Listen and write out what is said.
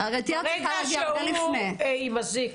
ברגע שהוא עם אזיק